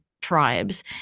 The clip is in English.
tribes